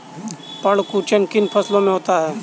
पर्ण कुंचन किन फसलों में होता है?